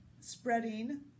spreading